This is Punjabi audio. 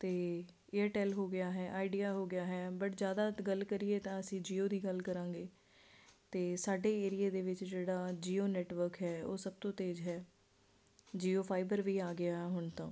ਅਤੇ ਏਅਰਟੈਲ ਹੋ ਗਿਆ ਹੈ ਆਈਡੀਆ ਹੋ ਗਿਆ ਹੈ ਬਟ ਜ਼ਿਆਦਾ ਗੱਲ ਕਰੀਏ ਤਾਂ ਅਸੀਂ ਜੀਓ ਦੀ ਗੱਲ ਕਰਾਂਗੇ ਅਤੇ ਸਾਡੇ ਏਰੀਏ ਦੇ ਵਿੱਚ ਜਿਹੜਾ ਜੀਓ ਨੈਟਵਰਕ ਹੈ ਉਹ ਸਭ ਤੋਂ ਤੇਜ਼ ਹੈ ਜੀਓ ਫਾਈਬਰ ਵੀ ਆ ਗਿਆ ਹੁਣ ਤਾਂ